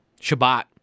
Shabbat